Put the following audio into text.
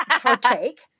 partake